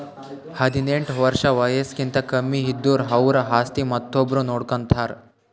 ಹದಿನೆಂಟ್ ವರ್ಷ್ ವಯಸ್ಸ್ಕಿಂತ ಕಮ್ಮಿ ಇದ್ದುರ್ ಅವ್ರ ಆಸ್ತಿ ಮತ್ತೊಬ್ರು ನೋಡ್ಕೋತಾರ್